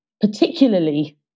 particularly